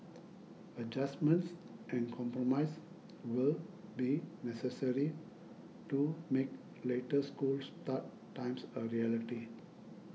adjustments and compromise will be necessary to make later school start times a reality